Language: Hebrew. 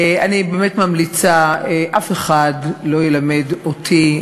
ואני באמת ממליצה: אף אחד לא ילמד אותי,